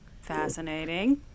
Fascinating